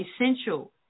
essential